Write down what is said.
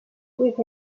louise